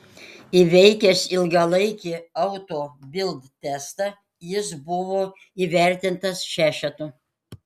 įveikęs ilgalaikį auto bild testą jis buvo įvertintas šešetu